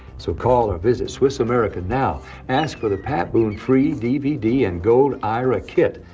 so call or visit swiss america now. ask for the pat boone free dvd and gold ira kit.